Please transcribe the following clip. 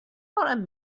and